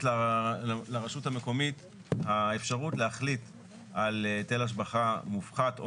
לרשות המקומית האפשרות להחליט על היטל השבחה מופחת או